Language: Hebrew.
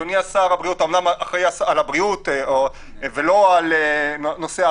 אדוני השר אומנם אחראי על הבריאות ולא על האכיפה,